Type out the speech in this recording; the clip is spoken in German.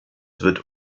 wird